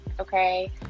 Okay